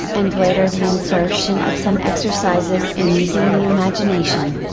and later the insertion of some exercises in using the imagination.